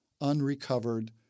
unrecovered